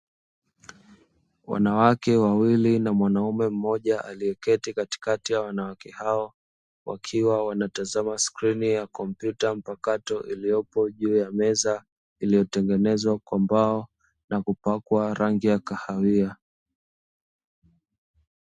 Wanawake wawili na mwanaume mmoja aliyeketi katikati ya wanawake hao, wakiwa wanatazama sklini ya kompyuta mpakato iliyopo juu ya meza iliyotengenezwa kwa mbao na kupakwa rangi ya kahawia.